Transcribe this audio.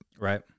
Right